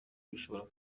bishobora